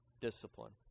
discipline